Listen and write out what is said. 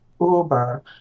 Uber